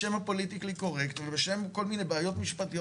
בשם הפוליטיקלי קורקט ובשם כל מיני בעיות משפטיות,